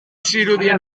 zirudien